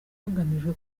hagamijwe